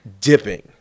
Dipping